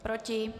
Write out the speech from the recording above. Proti?